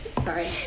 Sorry